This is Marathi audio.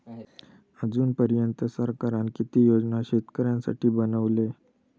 अजून पर्यंत सरकारान किती योजना शेतकऱ्यांसाठी बनवले?